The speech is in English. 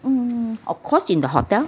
mm of course in the hotel